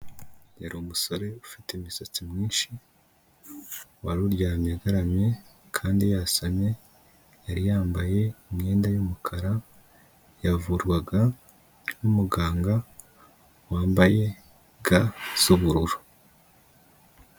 Yari umusore ufite imisatsi myinshi, wari uryamye agaramye kandi yasamye, yari yambaye imyenda y'umukara, yavurwaga n'umuganga wambaye ga z'ubururu.